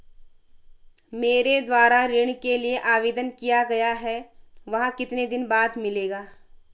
मेरे द्वारा ऋण के लिए आवेदन किया गया है वह कितने दिन बाद मिलेगा?